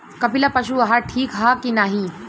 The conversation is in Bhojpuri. कपिला पशु आहार ठीक ह कि नाही?